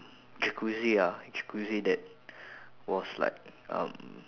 jacuzzi ah jacuzzi that was like um